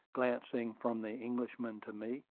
glancing from the englishman to me.